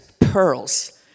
pearls